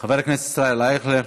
חבר הכנסת ישראל אייכלר,